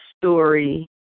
story